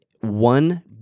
one